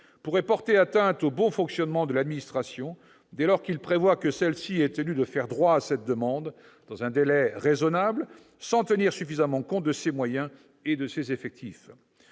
pourrait porter atteinte au bon fonctionnement de l'administration dès lors qu'il prévoit que celle-ci est tenue de faire droit à cette demande dans un délai raisonnable sans tenir suffisamment compte de ses moyens et de ses effectifs.